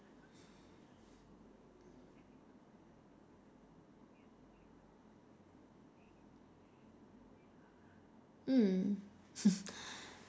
mm